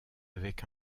avec